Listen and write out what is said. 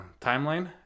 timeline